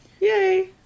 Yay